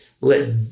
let